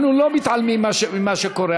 אנחנו לא מתעלמים ממה שקורה,